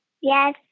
Yes